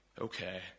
okay